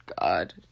God